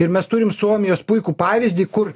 ir mes turim suomijos puikų pavyzdį kur